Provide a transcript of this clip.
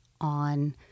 on